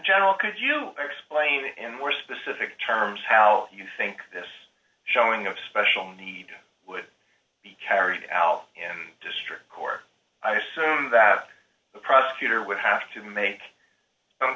general could you explain in more specific terms how you think this showing of special need would be carried out in district court that the prosecutor would have to make